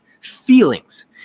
feelings